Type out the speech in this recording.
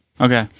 Okay